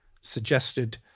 suggested